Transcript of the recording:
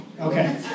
Okay